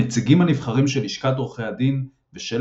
הנציגים הנבחרים של לשכת עורכי הדין ושל